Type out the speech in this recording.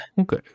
okay